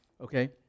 Okay